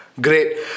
Great